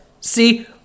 See